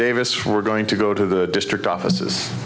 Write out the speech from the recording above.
davis we're going to go to the district office